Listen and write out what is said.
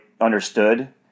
understood